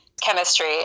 chemistry